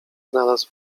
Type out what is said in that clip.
znalazł